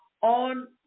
on